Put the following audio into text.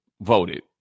voted